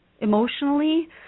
emotionally